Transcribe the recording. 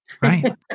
Right